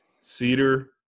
cedar